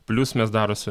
plius mes darosi